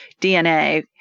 DNA